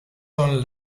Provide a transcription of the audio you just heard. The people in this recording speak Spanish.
son